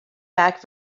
back